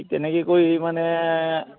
তেনেকে কৰি মানে